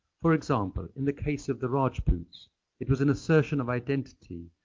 for example, in the case of the rajputs it was an assertion of identity,